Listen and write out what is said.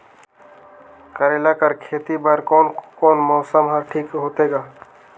करेला कर खेती बर कोन मौसम हर ठीक होथे ग?